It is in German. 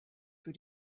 für